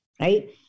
Right